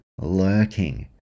lurking